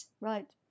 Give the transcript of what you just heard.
right